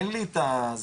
אין לי את הזה,